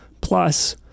Plus